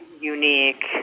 unique